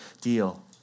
deal